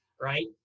right